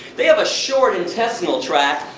they have a short intestinal tract,